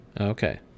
Okay